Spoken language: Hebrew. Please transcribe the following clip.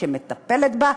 שמטפלת בהם.